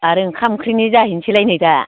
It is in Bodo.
आरो ओंखाम ओंख्रिनि जाहैनोसैलाय नै दा